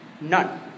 None